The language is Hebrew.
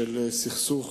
של סכסוך